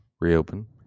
reopen